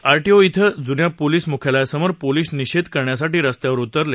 ITO इथं जुन्या police मुख्यालयासमोर पोलिस निषेध करण्यासाठी रस्त्यावर उतरले